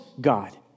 God